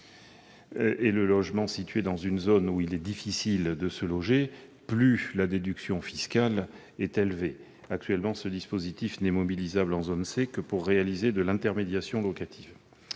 et le logement situé dans une zone où il est difficile de se loger, plus la déduction fiscale est élevée. Actuellement, ce dispositif est mobilisable en zone C uniquement pour de l'intermédiation locative.